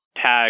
tag